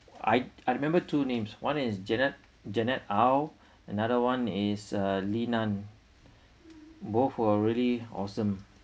I I remember two names one is janet janet aw another one is uh linan both were really awesome